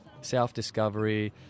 self-discovery